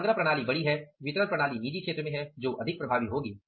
तो संग्रह प्रणाली बड़ी है वितरण प्रणाली निजी क्षेत्र में है जो अधिक प्रभावी होगी